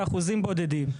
באחוזים בודדים.